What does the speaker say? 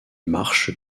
marches